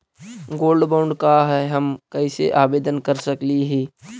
Gold bond का है, हम कैसे आवेदन कर सकली ही?